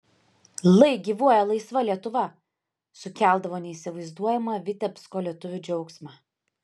lai gyvuoja laisva lietuva sukeldavo neįsivaizduojamą vitebsko lietuvių džiaugsmą